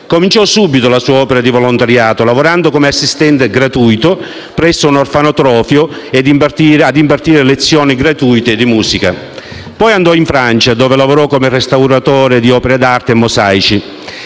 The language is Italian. Cominciò subito la sua opera di volontariato, lavorando come assistente gratuito presso un orfanotrofio ed impartendo lezioni gratuite di musica. Poi andò in Francia dove lavorò come restauratore di opere d'arte e mosaici.